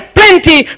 plenty